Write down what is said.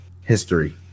history